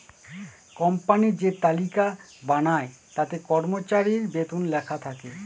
company যে তালিকা বানায় তাতে কর্মচারীর বেতন লেখা থাকে